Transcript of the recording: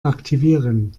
aktivieren